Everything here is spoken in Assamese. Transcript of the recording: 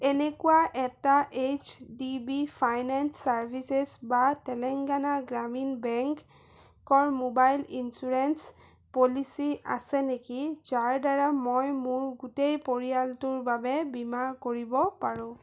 এনেকুৱা এটা H D B finance services বা তেলেঙ্গানা গ্ৰামীণ বেংকৰ মোবাইল ইঞ্চুৰেঞ্চ পলিচি আছে নেকি যাৰ দ্বাৰা মই মোৰ গোটেই পৰিয়ালটোৰ বাবে বীমা কৰিব পাৰোঁ